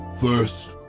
First